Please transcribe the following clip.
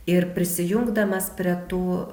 ir prisijungdamas prie tų